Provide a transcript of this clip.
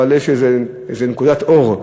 אבל עכשיו יש איזו נקודת אור,